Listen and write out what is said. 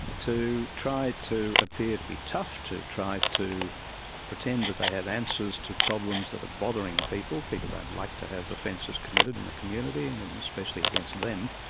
to try to appear to be tough, to try to pretend that they have answers to problems that are bothering people, people don't like to have offences committed in the community, and especially against them.